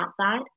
outside